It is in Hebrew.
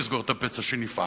לסגור את הפצע שנפער,